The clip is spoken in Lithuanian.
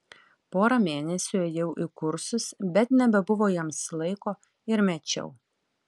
porą mėnesių ėjau į kursus bet nebebuvo jiems laiko ir mečiau